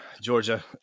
Georgia